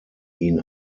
ihn